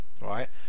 right